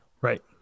right